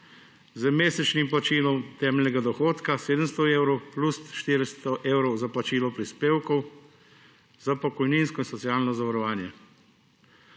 z mesečnim plačilom temeljnega dohodka 700 evrov plus 400 evrov za plačilo prispevkov za pokojninsko in socialno zavarovanje.